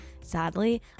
Sadly